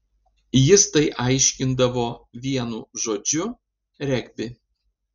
jis tai aiškindavo vienu žodžiu regbi